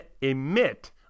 emit